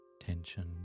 Tension